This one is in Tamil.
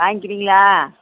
வாய்ங்கிறிங்களா